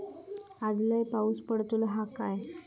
आज लय पाऊस पडतलो हा काय?